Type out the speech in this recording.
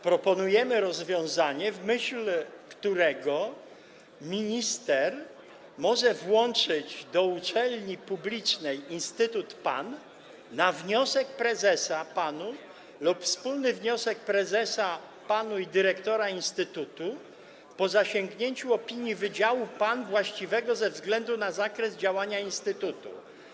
Proponujemy rozwiązanie, w myśl którego minister może włączyć do uczelni publicznej instytut PAN na wniosek prezesa PAN-u lub wspólny wniosek prezesa PAN-u i dyrektora instytutu po zasięgnięciu opinii wydziału PAN właściwego ze względu na zakres działania instytutu.